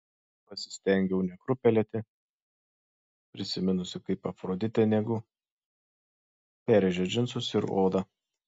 pasistengiau nekrūptelėti prisiminusi kaip afroditė nagu perrėžė džinsus ir odą